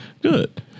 good